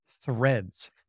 Threads